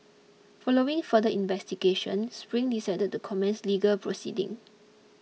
following further investigations Spring decided to commence legal proceeding